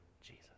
Jesus